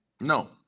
no